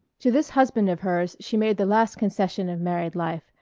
to this husband of hers she made the last concession of married life,